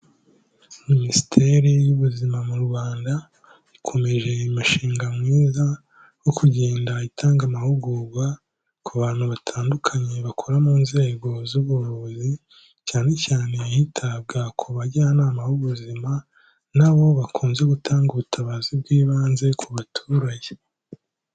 Minisiteri y'ubuzima mu Rwanda ikomeje umushinga mwiza wo kugenda itanga amahugurwa ku bantu batandukanye bakora mu nzego z'ubuvuzi cyane cyane hitabwa ku bajyanama b'ubuzima na bo bakunze gutanga ubutabazi bw'ibanze ku baturage.